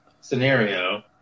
scenario